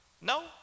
No